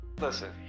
Listen